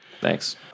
Thanks